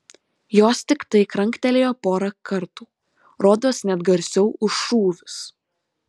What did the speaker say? jos tiktai kranktelėjo porą kartų rodos net garsiau už šūvius